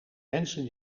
mensen